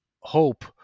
hope